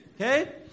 Okay